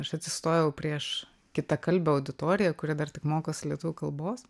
aš atsistojau prieš kitakalbių auditoriją kuri dar tik mokosi lietuvių kalbos